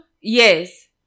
Yes